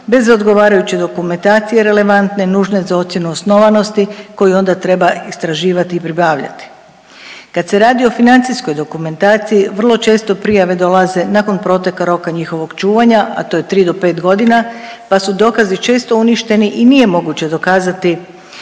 bez odgovarajuće dokumentacije relevantne i nužne za ocjenu osnovanosti koju onda treba istraživati i pribavljati. Kad se radi o financijskoj dokumentaciji vrlo često prijave dolaze nakon proteka roka njihova čuvanja, a to je 3 do 5 godina pa su dokazi često uništeni i nije moguće dokazati